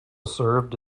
served